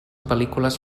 pel·lícules